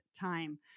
time